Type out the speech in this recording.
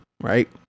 right